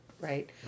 right